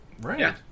Right